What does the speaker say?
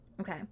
Okay